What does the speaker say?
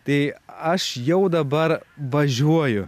tai aš jau dabar važiuoju